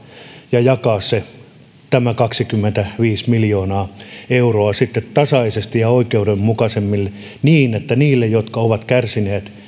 ja jakaa tämä kaksikymmentäviisi miljoonaa euroa sitten tasaisesti ja oikeudenmukaisemmin niin että ne jotka ovat kärsineet